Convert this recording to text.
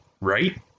right